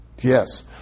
Yes